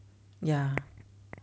ya